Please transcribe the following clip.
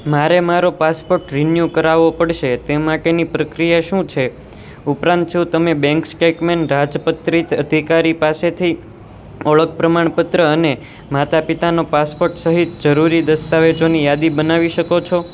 મારે મારો passport renew કરાવવો પડશે તે માટેની પ્રક્રિયા શું છે ઉપરાંત શું તમે બેંક સ્ટેટમેન્ટ રાજપત્રિત અધિકારી પાસેથી ઓળખ પ્રમાણપત્ર અને માતાપિતાનો પાસપોર્ટ સહિત જરૂરી દસ્તાવેજોની યાદી બનાવી શકો છો